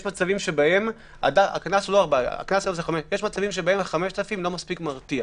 יש מצבים שבהם הקנס של 5,000 לא מספיק מרתיע.